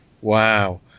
Wow